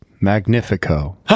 magnifico